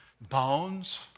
Bones